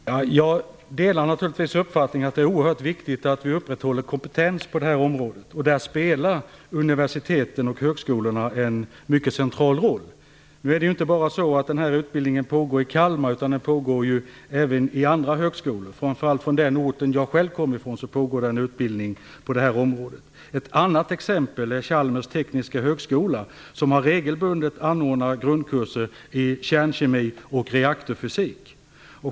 Fru talman! Jag delar naturligtvis uppfattningen att det är oerhört viktigt att kompetensen på det här området upprätthålls. Universiteten och högskolorna spelar i det avseendet en mycket central roll. Den här utbildningen finns inte bara i Kalmar. Den finns även på andra platser. På den ort som jag själv kommer från finns det t.ex. en utbildning på det här området. Ett annat exempel är Chalmers tekniska högskola. Där ordnas regelbundet grundkurser i kärnkemi och reaktorfysik.